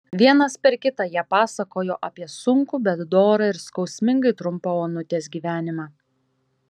vienas per kitą jie pasakojo apie sunkų bet dorą ir skausmingai trumpą onutės gyvenimą